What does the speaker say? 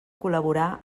col·laborar